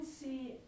see